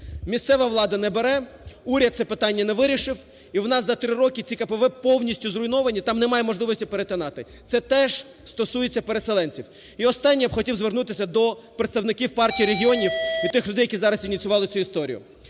Місцева влада не бере. Уряд це не питання не вирішив. І в нас за три роки ці КПВВ повністю зруйновані, там немає можливості перетинати. Це теж стосується переселенців. І останнє. Я б хотів звернутися до представників Партії регіонів і тих людей, які зараз ініціювали цю історію.